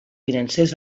financers